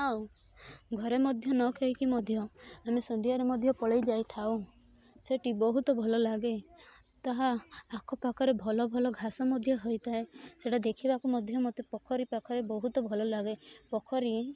ଆଉ ଘରେ ମଧ୍ୟ ନ କହିକି ମଧ୍ୟ ଆମେ ସନ୍ଧ୍ୟାରେ ମଧ୍ୟ ପଳେଇ ଯାଇଥାଉ ସେଇଠି ବହୁତ ଭଲ ଲାଗେ ତାହା ଆଖ ପାଖରେ ଭଲ ଭଲ ଘାସ ମଧ୍ୟ ହୋଇଥାଏ ସେଇଟା ଦେଖିବାକୁ ମଧ୍ୟ ମତେ ପୋଖରୀ ପାଖରେ ବହୁତ ଭଲ ଲାଗେ ପୋଖରୀ